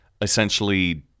essentially